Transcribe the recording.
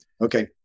Okay